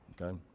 okay